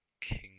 king